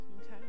Okay